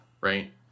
right